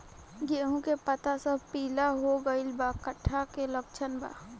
गेहूं के पता सब पीला हो गइल बा कट्ठा के लक्षण बा?